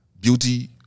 beauty